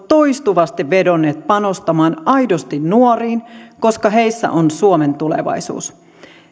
toistuvasti vedonneet panostamaan aidosti nuoriin koska heissä on suomen tulevaisuus